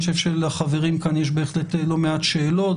אני חושב שלחברים כאן יש בהחלט לא מעט שאלות,